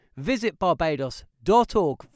visitbarbados.org